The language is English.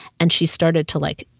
and she started to, like,